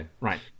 right